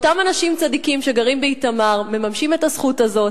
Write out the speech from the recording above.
אותם אנשים צדיקים שגרים באיתמר מממשים את הזכות הזאת,